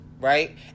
right